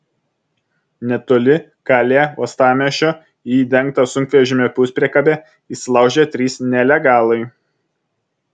netoli kalė uostamiesčio į dengtą sunkvežimio puspriekabę įsilaužė trys nelegalai